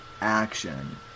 action